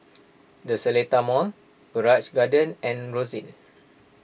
the Seletar Mall Grange Garden and Rosyth